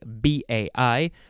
B-A-I